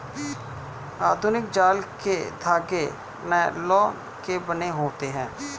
आधुनिक जाल के धागे नायलोन के बने होते हैं